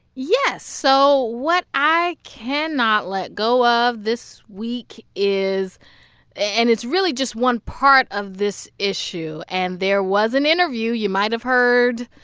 yeah. so what i cannot let go of this week is and it's really just one part of this issue and there was an interview. you might have heard.